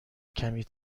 کمی